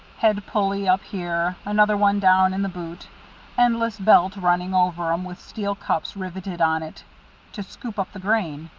head pulley up here another one down in the boot endless belt running over em with steel cups rivetted on it to scoop up the grain.